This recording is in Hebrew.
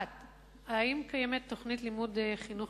1. האם קיימת תוכנית לימוד של חינוך